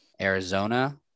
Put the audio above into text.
Arizona